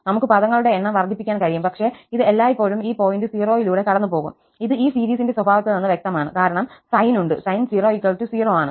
നമുക്ക് പദങ്ങളുടെ എണ്ണം വർദ്ധിപ്പിക്കാൻ കഴിയും പക്ഷേ ഇത് എല്ലായ്പ്പോഴും ഈ പോയിന്റ് 0 യിലൂടെ കടന്നുപോകും ഇത് ഈ സീരീസിന്റെ സ്വഭാവത്തിൽ നിന്ന് വ്യക്തമാണ് കാരണം സൈൻ ഉണ്ട് sin 0 0 ആണ്